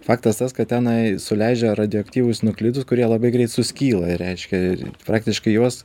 faktas tas kad tenai suleidžia radioaktyvius nuklidus kurie labai greit suskyla reiškia praktiškai juos